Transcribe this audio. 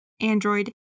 Android